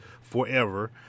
forever